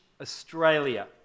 Australia